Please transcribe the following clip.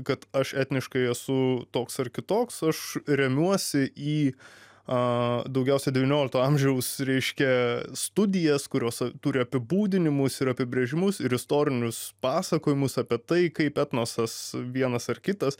kad aš etniškai esu toks ar kitoks aš remiuosi į a daugiausia devyniolikto amžiaus reiškia studijas kurios turi apibūdinimus ir apibrėžimus ir istorinius pasakojimus apie tai kaip etnosas vienas ar kitas